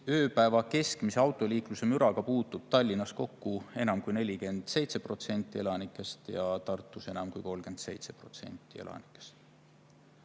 ööpäeva keskmise autoliikluse müraga puutub Tallinnas kokku enam kui 47% elanikest ja Tartus enam kui 37% elanikest.